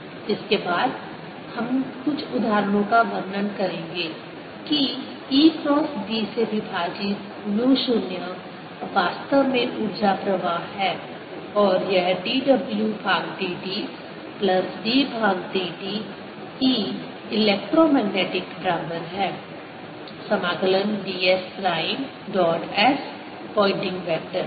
10EBSEnergy flowarea×time इसके बाद हम कुछ उदाहरणों का वर्णन करेंगे कि E क्रॉस B से विभाजित म्यू 0 वास्तव में ऊर्जा प्रवाह है और यह dw भाग dt प्लस d भाग dt E इलेक्ट्रोमैग्नेटिक बराबर है समाकलन ds prime dot s Poynting vector